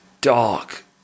dark